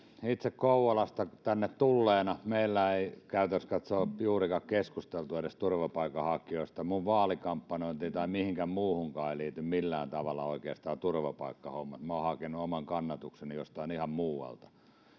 itse kouvolasta tänne tulleena käytännössä katsoen meillä ei ole juurikaan edes keskusteltu turvapaikanhakijoista minun vaalikampanjointiin tai mihinkään muuhunkaan ei liity oikeastaan millään tavalla turvapaikkahommat minä olen hakenut oman kannatukseni jostain ihan muualta ja